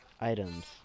items